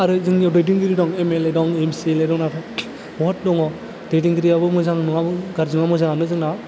आरो जोंनियाव दैदेनगिरि दं एमएलए एमसिएलए दं बहुद दङ दैदेनगिरियाबो मोजां नङाबाबो गारज्रि नङा मोजाङानो जोंना